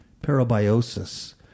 Parabiosis